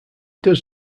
does